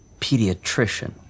pediatrician